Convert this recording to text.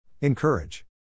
Encourage